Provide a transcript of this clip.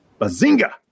Bazinga